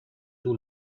too